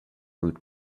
route